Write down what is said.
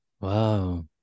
Wow